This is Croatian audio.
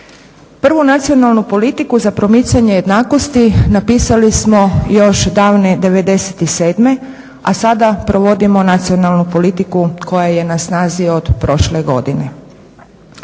Prvu nacionalnu politiku za promicanje jednakosti napisali smo još davne '97., a sada provodimo nacionalnu politiku koja je na snazi od prošle godine.